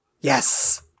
Yes